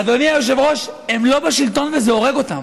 אדוני היושב-ראש, הם לא בשלטון, וזה הורג אותם.